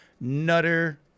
Nutter